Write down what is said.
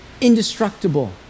indestructible